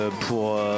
pour